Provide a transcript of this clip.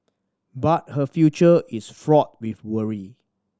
but her future is fraught with worry